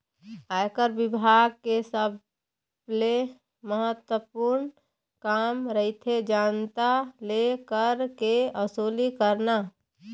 आयकर बिभाग के सबले महत्वपूर्न काम रहिथे जनता ले कर के वसूली करना